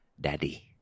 Daddy